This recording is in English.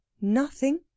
Nothing